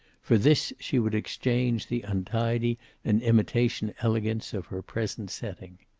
for this she would exchange the untidy and imitation elegance of her present setting.